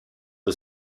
the